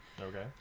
Okay